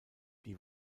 die